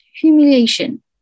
humiliation